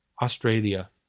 Australia